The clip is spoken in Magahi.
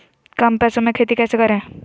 कम पैसों में खेती कैसे करें?